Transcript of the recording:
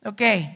Okay